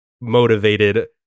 motivated